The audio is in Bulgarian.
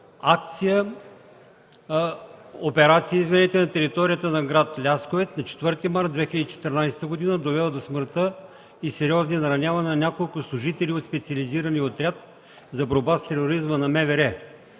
операция на територията на град Лясковец на 4 март 2014 г., довела до смъртта и сериозни наранявания на няколко служители от Специализирания отряд за борба с тероризма на МВР;